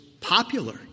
popular